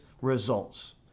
results